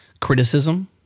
criticism